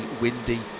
windy